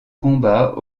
combats